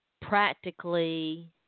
practically